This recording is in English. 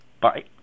Bye